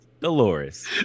Dolores